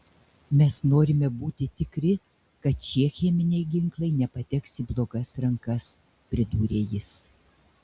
mes norime būti tikri kad šie cheminiai ginklai nepateks į blogas rankas pridūrė jis